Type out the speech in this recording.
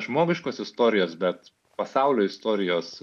žmogiškos istorijos bet pasaulio istorijos